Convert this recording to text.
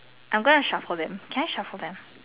I'm gonna shuffle them can I shuffle them